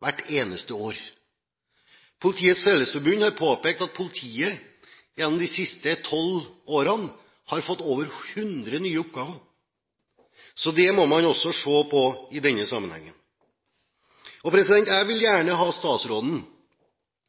hvert eneste år. Politiets Fellesforbund har påpekt at politiet gjennom de siste tolv årene har fått over 100 nye oppgaver. Det må man også se på i denne sammenhengen. Jeg vil gjerne ha statsråden